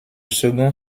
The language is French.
second